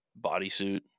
bodysuit